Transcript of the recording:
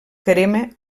crema